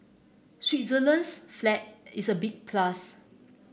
Switzerland's flag is a big plus